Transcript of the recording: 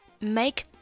Make